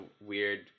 weird